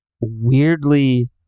weirdly